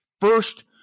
First